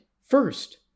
first